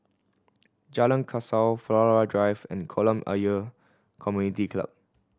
Jalan Kasau Flora Drive and Kolam Ayer Community Club